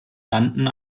london